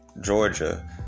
Georgia